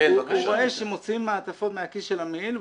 הוא רואה שמוציאים מעטפות מהכיס של המעיל,